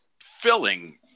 filling